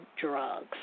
drugs